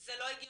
זה לא הגיוני,